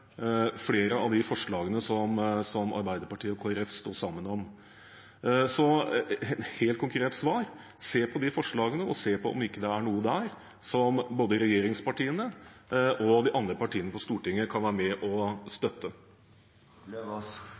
flere av de forslagene som Arbeiderpartiet og Kristelig Folkeparti står sammen om. Mitt helt konkrete svar er: Se på de forslagene og se om det ikke er noe der som både regjeringspartiene og de andre partiene på Stortinget kan være med og støtte.